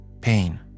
pain